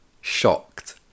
Shocked